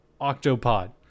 octopod